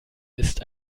ist